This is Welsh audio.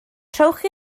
trowch